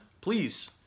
please